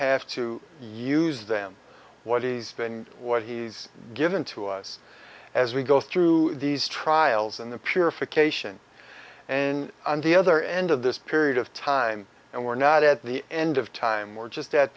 have to use them what he's been and what he's given to us as we go through these trials and the purification and on the other end of this period of time and we're not at the end of time we're just at